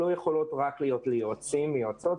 לא יכולות להיות רק ליועצות ויועצים,